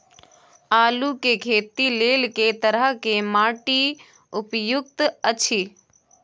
आलू के खेती लेल के तरह के माटी उपयुक्त अछि?